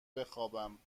بخابم